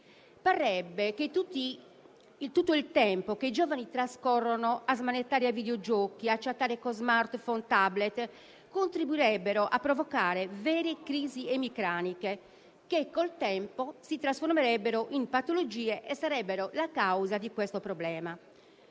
Parrebbe che tutto il tempo che i giovani trascorrono a smanettare ai videogiochi, a chattare con *smartphone* e *tablet* contribuirebbe a provocare vere crisi emicraniche che, con il tempo, si trasformerebbero in patologie e sarebbero la causa di questo problema.